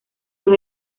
los